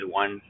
one